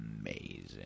amazing